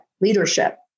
leadership